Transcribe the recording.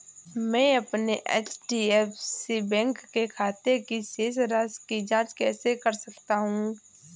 मैं अपने एच.डी.एफ.सी बैंक के खाते की शेष राशि की जाँच कैसे कर सकता हूँ?